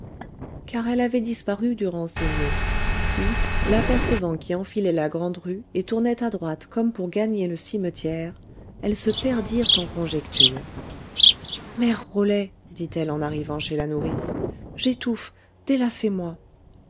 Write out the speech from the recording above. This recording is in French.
car elle avait disparu durant ces mots puis l'apercevant qui enfilait la grande-rue et tournait à droite comme pour gagner le cimetière elles se perdirent en conjectures mère rolet dit-elle en arrivant chez la nourrice j'étouffe